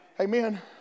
Amen